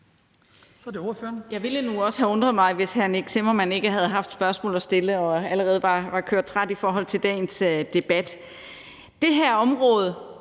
Det ville nu også have undret mig, hvis hr. Nick Zimmermann ikke havde haft nogen spørgsmål at stille og allerede var kørt træt i dagens debat.